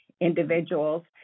individuals